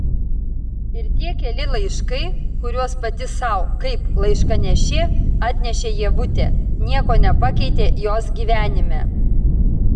ir tie keli laiškai kuriuos pati sau kaip laiškanešė atnešė ievutė nieko nepakeitė jos gyvenime